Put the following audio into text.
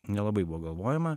nelabai buvo galvojama